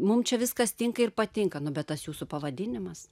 mum čia viskas tinka ir patinka nu bet tas jūsų pavadinimas